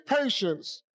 patience